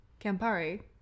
Campari